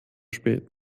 spät